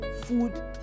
food